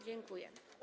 Dziękuję.